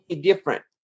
different